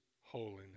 holiness